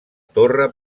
torre